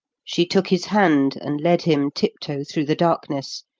she took his hand and led him tiptoe through the darkness,